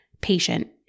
patient